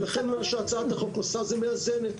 הצעת החוק מאזנת.